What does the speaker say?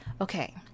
Okay